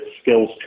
skills